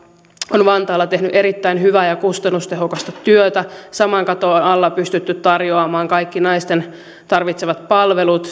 ovat vantaalla tehneet erittäin hyvää ja kustannustehokasta työtä saman katon alla on pystytty tarjoamaan kaikki naisten tarvitsemat palvelut